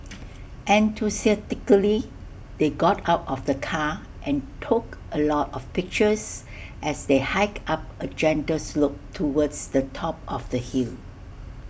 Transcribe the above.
enthusiastically they got out of the car and took A lot of pictures as they hiked up A gentle slope towards the top of the hill